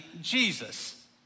Jesus